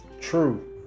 True